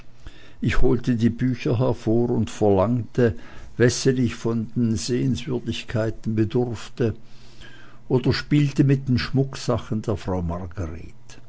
ich holte die bücher hervor und verlangte wessen ich von den sehenswürdigkeiten bedurfte oder spielte mit den schmucksachen der frau margret